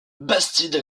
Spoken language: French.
bastide